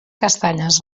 castanyes